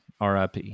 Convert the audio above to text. RIP